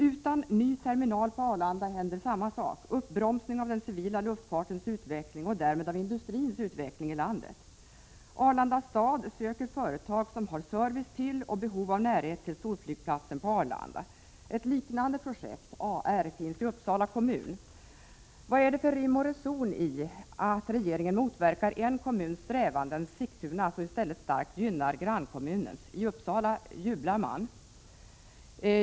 Utan ny terminal på Arlanda händer samma sak, dvs. uppbromsning av den civila luftfartens utveckling och därmed av industrins utveckling i landet. Arlanda stad söker företag som kan ge service till och har behov av närhet till storflygplatsen Arlanda. Ett liknande projekt, AR, finns i Uppsala kommun. Vad är det för rim och reson i att regeringen motverkar en kommuns strävanden, dvs. Sigtunas, och i stället starkt gynnar grannkommunen? — I Uppsala jublar man.